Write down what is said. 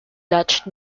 dutch